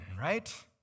right